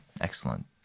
excellent